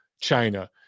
China